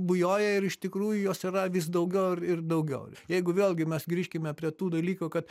bujoja ir iš tikrųjų jos yra vis daugiau ir ir daugiau jeigu vėlgi mes grįžkime prie tų dalykų kad